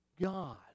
God